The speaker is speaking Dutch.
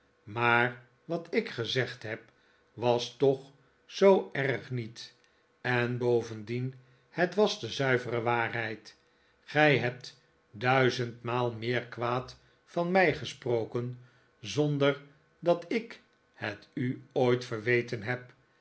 maar wat ik gezegd heb was toch zoo erg niet en bovendien het was de zuivere waarheid gij hebt duizendmaal meer kwaad van mij gesproken zonder dat ik het u ooit verwe'ten heb